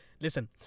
Listen